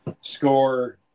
score